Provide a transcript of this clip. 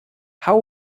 how